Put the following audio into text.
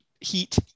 heat